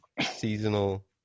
seasonal